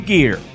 Gear